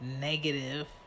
negative